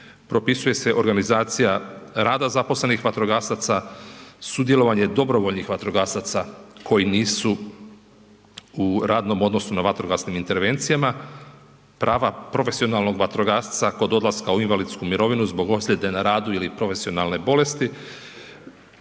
propisuje se organizacija rada zaposlenih vatrogasaca, sudjelovanje dobrovoljnih vatrogasaca koji nisu u radnom odnosu na vatrogasnim intervencijama, prava profesionalnog vatrogasca kod odlaska u invalidsku mirovinu zbog ozljede na radu ili profesionalne bolesti,